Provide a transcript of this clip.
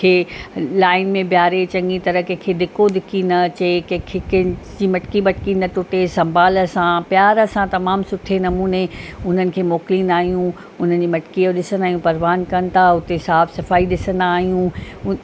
खे लाइन में ॿियारे चङी तरह कंहिंखे धिको धिकी न अचे कंहिंखे कंहिंजी मटकी वटकी न टुटे सम्भाल सां प्यार सां तमामु सुठे नमूने उन्हनि खे मोकिलींदा आहियूं उन्हनि जी मटकी ॾिसंदा आहियूं परवान कनि था उते साफ़ु सफ़ाई ॾिसंदा आहियूं